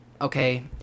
okay